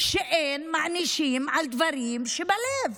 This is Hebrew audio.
מענישים על דברים שבלב.